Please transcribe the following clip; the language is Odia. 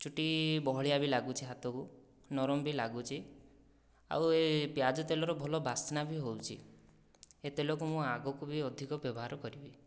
ଚୁଟି ବହଳିଆ ବି ଲାଗୁଛି ହାଥକୁ ନରମ ବି ଲାଗୁଛି ଆଉ ଏ ପିଆଜ ତେଲର ଭଲ ବାସ୍ନା ବି ହଉଛି ଏ ତେଲକୁ ମୁଁ ଆଗକୁ ବି ଅଧିକ ବ୍ୟବହାର କରିବି